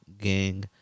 Gang